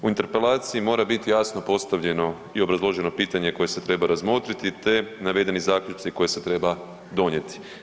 U interpelaciji mora biti jasno postavljeno i obrazloženo pitanje koje se treba razmotriti te navedeni zaključci koje se treba donijeti.